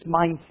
mindset